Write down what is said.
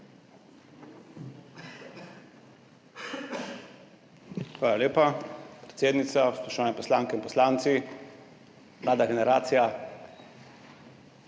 Hvala lepa, predsednica. Spoštovane poslanke in poslanci, mlada generacija!